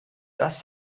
das